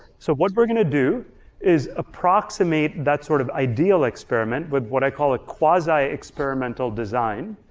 so what we're gonna do is approximate that sort of ideal experiment with what i call a quasi-experimental design,